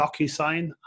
DocuSign